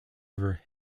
river